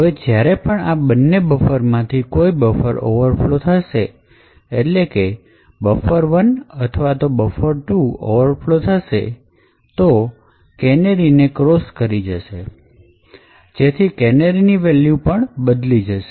હવે જ્યારે પણ આ બંને બફર માંથી કોઈ બફર ઓવરફલો થશે એટલે કે buffer1 અથવા તો buffer2 ઓવરફલો થશે તો એ કેનેરી ને ક્રોસ કરી જશે અને તેથી કેનેરીની વેલ્યુ પણ બદલી જશે